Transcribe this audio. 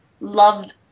loved